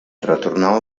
retornà